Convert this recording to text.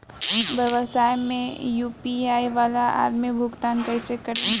व्यवसाय में यू.पी.आई वाला आदमी भुगतान कइसे करीं?